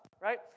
right